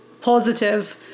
positive